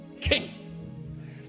king